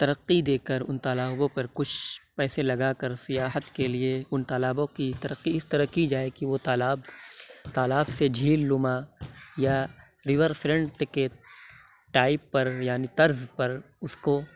ترقی دے کر اُن تالابوں پر کچھ پیسے لگا کر سیاحت کے لیے اُن تالابوں کی ترقی اِس طرح کی جائے کہ وہ تالاب تالاب سے جھیل نماں یا ریور فرنٹ کے ٹائپ پر یعنی طرز پر اُس کو